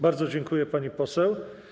Bardzo dziękuję, pani poseł.